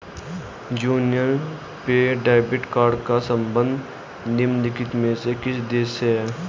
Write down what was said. Union पे debit card का संबंध निम्नलिखित में से किस देश से है?